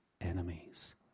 Enemies